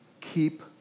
keep